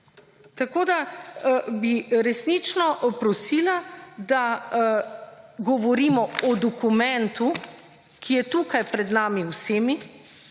Tako, da bi resnično prosila, da govorimo o dokumentu, ki je tukaj pred nami vsemi,